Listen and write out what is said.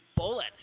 Bullet